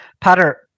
Patter